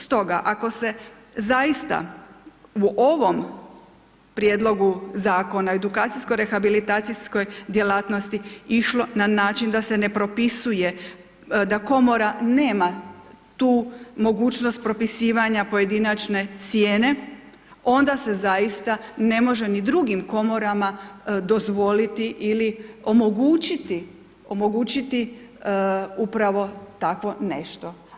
Stoga, ako se zaista u ovom prijedlogu Zakona o edukacijsko-rehabilitacijskoj djelatnosti, išlo na način da se ne propisuje, da Komora nema tu mogućnost propisivanja pojedinačne cijene, onda se zaista ne može ni drugim Komorama dozvoliti ili omogućiti, omogućiti upravo takvo nešto.